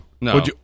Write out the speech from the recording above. No